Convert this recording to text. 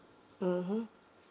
mmhmm